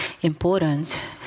important